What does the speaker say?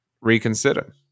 reconsider